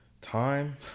Time